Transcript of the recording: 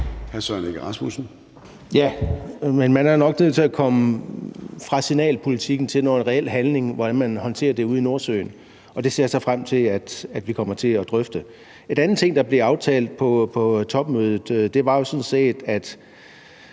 man er jo nok nødt til at komme fra signalpolitikken til noget reel handling, i forhold til hvordan man håndterer det ude i Nordsøen, og det ser jeg så frem til at vi kommer til at drøfte. En anden ting, der blev aftalt på topmødet, var jo sådan set, at